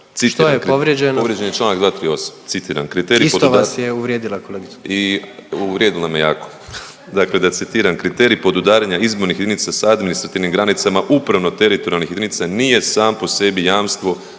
Što je povrijeđeno?/… Povrijeđen je čl. 238.. Citiram …/Upadica predsjednik: Isto vas je uvrijedila kolegica?/… Uvrijedila me jako, dakle da citiram „kriterij podudaranja izbornih jedinica s administrativnim granicama upravno teritorijalnih jedinica nije sam po sebi jamstvo